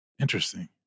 Interesting